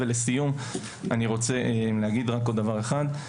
לסיום, אני רוצה להגיד רק עוד דבר אחד.